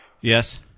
Yes